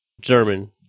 German